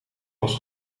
was